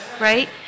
Right